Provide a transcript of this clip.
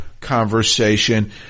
conversation